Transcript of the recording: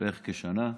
בערך כשנה.